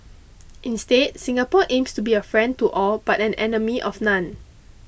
instead Singapore aims to be a friend to all but an enemy of none